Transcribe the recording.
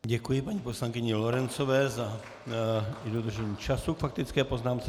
Děkuji paní poslankyni Lorencové i za dodržení času k faktické poznámce.